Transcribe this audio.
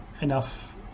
enough